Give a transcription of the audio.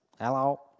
Hello